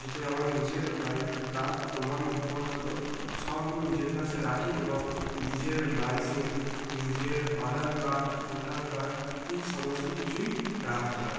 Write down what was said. যেটাই আমার নিজের বাইক তার প্রমাণপত্র সব আমি নিজের কাছে রাখি এবং নিজের লাইসেন্স নিজের আধার কার্ড ভোটার কার্ড এই সমস্ত কিছুই রাখতে হয়